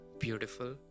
beautiful